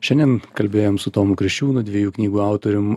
šiandien kalbėjom su tomu kriščiūnu dviejų knygų autorium